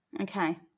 Okay